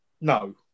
no